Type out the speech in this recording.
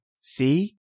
See